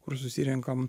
kur susirenkam